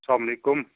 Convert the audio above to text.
اسلام وعلیکُم